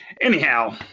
anyhow